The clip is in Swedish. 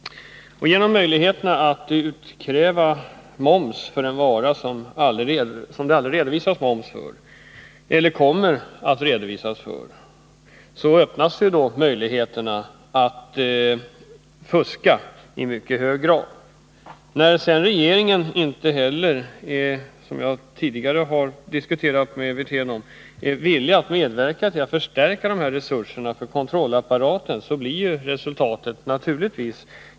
Genom att man kan utkräva moms för en vara som det aldrig redovisats eller kommer att redovisas moms för öppnas mycket stora möjligheter att fuska. När sedan inte regeringen — vilket jag tidigare diskuterat med Rolf Wirtén — är villig att medverka till att förstärka resurserna då det gäller kontrollapparaten. blir naturligtvis resultatet.